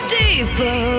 deeper